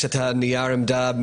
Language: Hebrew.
יש את נייר העמדה,